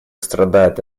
страдают